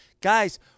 Guys